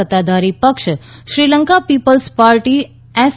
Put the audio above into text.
સત્તાધારી પક્ષ Sri Lanka People's party S